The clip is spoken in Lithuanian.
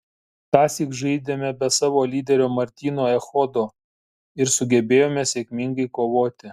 tąsyk žaidėme be savo lyderio martyno echodo ir sugebėjome sėkmingai kovoti